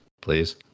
please